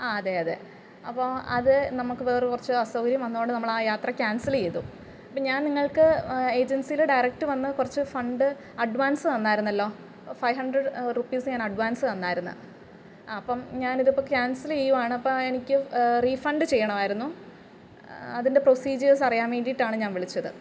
ആ അതേയതെ അപ്പോള് അത് നമുക്ക് വേറെ കുറച്ച് അസൗകര്യം വന്നതുകൊണ്ട് നമ്മളാ യാത്ര ക്യാൻസല് ചെയ്തു അപ്പം ഞാൻ നിങ്ങൾക്ക് ഏജൻസിയില് ഡയറക്റ്റ് വന്ന് കുറച്ച് ഫണ്ട് അഡ്വാൻസ് തന്നായിരുന്നല്ലോ ഫൈവ് ഹൻഡ്രഡ് റുപ്പീസ് ഞാൻ അഡ്വാൻസ് തന്നാരുന്നു ആ അപ്പം ഞാനിതിപ്പോള് ക്യാൻസല് ചെയ്യുകയാണ് അപ്പോള് എനിക്ക് റീഫണ്ട് ചെയ്യണമായിരുന്നു അതിൻ്റെ പ്രൊസീജിയേഴ്സ് അറിയാൻ വേണ്ടിയിട്ടാണ് ഞാൻ വിളിച്ചത്